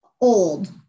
old